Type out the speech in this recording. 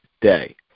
day